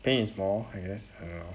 pain is more I guess I don't know